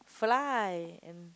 fly and